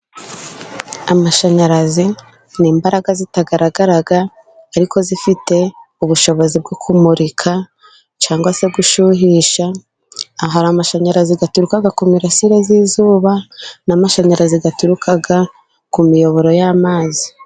Amashanyarazi ni imbaraga zitagaragara ariko zifite ubushobozi bwo kumurika cyangwa se gushyushya. Hari amashanyarazi aturuka ku mirasire y'izuba ,n'amashanyarazi aturuka ku miyoboro y'amazi.